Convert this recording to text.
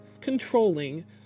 controlling